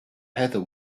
heather